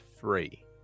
free